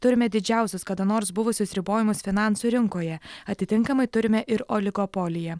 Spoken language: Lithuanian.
turime didžiausius kada nors buvusius ribojimus finansų rinkoje atitinkamai turime ir oligopoliją